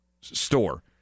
store